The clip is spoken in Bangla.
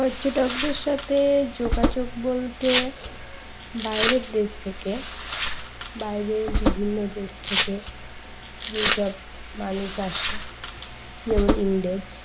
পর্যটকদের সাথে যোগাযোগ বলতে বাইরের দেশ থেকে বাইরের বিভিন্ন দেশ থেকে যেসব মানুষ আসে যেমন ইংরেজ